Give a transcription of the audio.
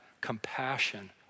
compassion